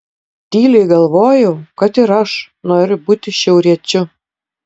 tyliai galvojau kad ir aš noriu būti šiauriečiu